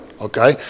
Okay